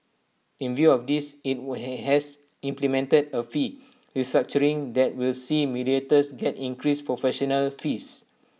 in view of this IT has implemented A fee restructuring that will see mediators get increased professional fees